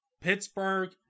Pittsburgh